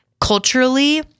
culturally